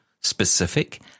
specific